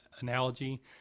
analogy